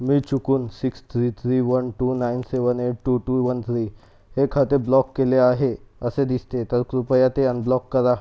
मी चुकून six three three one two nine seven eight two two one three हे खाते block केले आहे असे दिसते तर कृपया ते अनब्लॉक करा